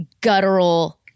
guttural